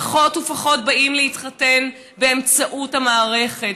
פחות ופחות באים להתחתן באמצעות המערכת.